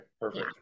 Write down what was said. perfect